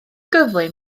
gyflym